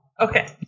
Okay